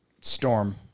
Storm